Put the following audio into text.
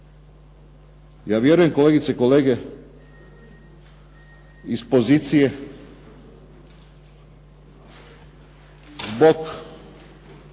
Ja vjerujem kolegice i kolege iz pozicije zbog